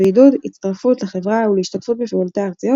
ועידוד הצטרפות לחברה ולהשתתפות בפעולותיה הארציות,